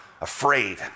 afraid